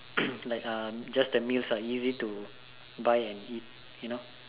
like um just the meals are easy to buy and eat you know